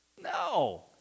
No